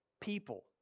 people